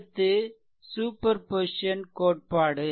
அடுத்து super position கோட்பாடு